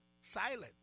silent